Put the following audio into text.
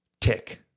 tick